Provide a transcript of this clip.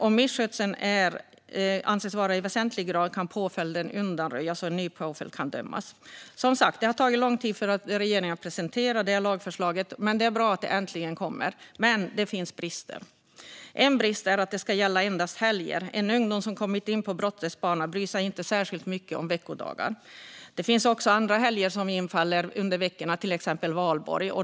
Om misskötseln anses vara i väsentlig grad kan påföljden undanröjas och en ny påföljd utdömas. Som sagt, det har tagit lång tid för regeringen att presentera det här lagförslaget, men det är bra att det äntligen har kommit. Dock finns det brister. En brist är att detta ska gälla endast helger. En ungdom som kommit in på brottets bana bryr sig inte särskilt mycket om veckodagar. Det finns också helgdagar som infaller under veckorna, till exempel valborg.